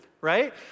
Right